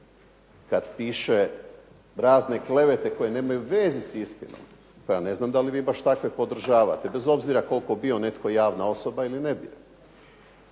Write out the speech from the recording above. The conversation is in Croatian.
kad piše razne klevete koje nemaju veze s istinom, pa ja ne znam da li vi baš takve podržavate, bez obzira koliko bio netko javna osoba ili ne bio.